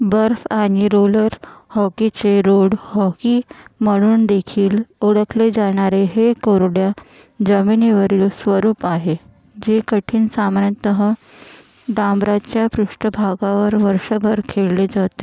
बर्फ आणि रोलर हॉकीचे रोड हॉकी म्हणून देखील ओळखले जाणारे हे कोरड्या जमिनीवरील स्वरूप आहे जे कठीण सामान्यतः डांबराच्या पृष्ठभागावर वर्षभर खेळले जाते